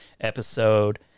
episode